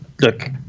Look